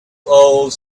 old